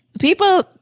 People